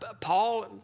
Paul